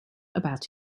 about